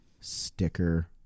sticker